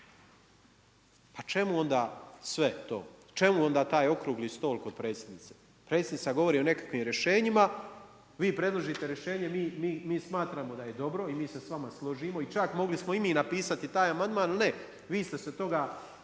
Pa čemu onda sve to? Čemu onda taj okrugli stol kod predsjednice? Predsjednica govori o nekakvim rješenjima, vi predložite rješenje mi smatramo da je dobro i mi se s vama složimo i čak mogli smo i mi napisati taj amandman, ali ne vi ste se toga